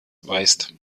weist